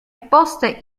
poste